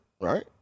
Right